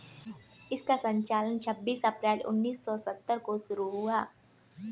इसका संचालन छब्बीस अप्रैल उन्नीस सौ सत्तर को शुरू हुआ